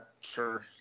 Sure